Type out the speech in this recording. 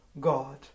God